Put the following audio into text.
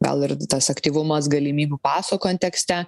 gal ir tas aktyvumas galimybių paso kontekste